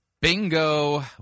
Bingo